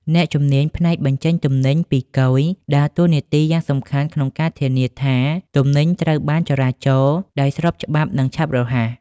អ្នកជំនាញផ្នែកបញ្ចេញទំនិញពីគយ ដើរតួនាទីយ៉ាងសំខាន់ក្នុងការធានាថាទំនិញត្រូវបានចរាចរដោយស្របច្បាប់ និងឆាប់រហ័ស។